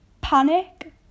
Panic